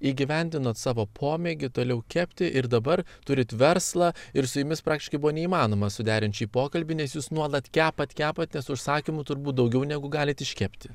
įgyvendinot savo pomėgį toliau kepti ir dabar turit verslą ir su jumis praktiškai buvo neįmanoma suderint šį pokalbį nes jūs nuolat kepat kepat nes užsakymų turbūt daugiau negu galit iškepti